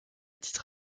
titre